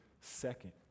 second